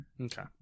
Okay